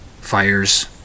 fires